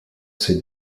ces